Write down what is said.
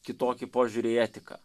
kitokį požiūrį į etiką